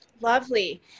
Lovely